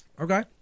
okay